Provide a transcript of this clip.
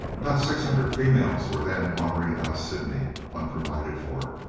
about six hundred females were then wandering about sydney unprovided for.